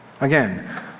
Again